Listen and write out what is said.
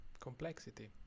complexity